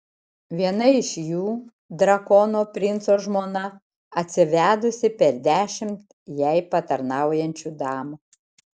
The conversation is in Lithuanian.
viena iš jų drakono princo žmona atsivedusi per dešimt jai patarnaujančių damų